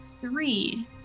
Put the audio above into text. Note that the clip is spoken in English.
three